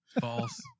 false